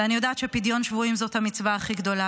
ואני יודעת שפדיון שבויים זאת המצווה הכי גדולה,